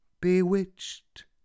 Bewitched